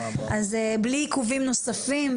אז בלי עיכובים נוספים,